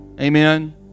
amen